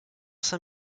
cinq